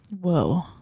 Whoa